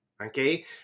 okay